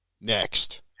next